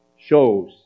shows